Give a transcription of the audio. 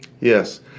Yes